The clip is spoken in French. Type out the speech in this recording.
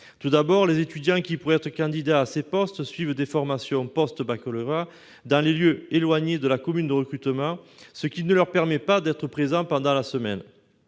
Tout d'abord, les étudiants qui pourraient être candidats à ces postes suivent des formations post-baccalauréat dans des lieux éloignés de la commune de recrutement, ce qui ne leur permet pas d'être présents pendant la semaine.